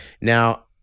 now